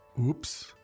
Oops